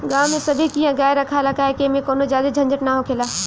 गांव में सभे किहा गाय रखाला काहे कि ऐमें कवनो ज्यादे झंझट ना हखेला